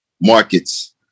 markets